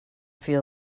feel